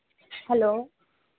hello